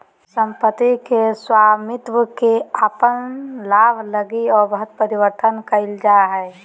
सम्पत्ति के स्वामित्व के अपन लाभ लगी अवैध परिवर्तन कइल जा हइ